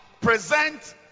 present